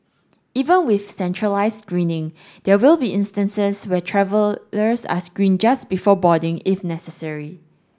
even with centralised screening there will be instances where travellers are screened just before boarding if necessary